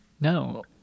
No